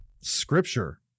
scripture